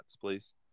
please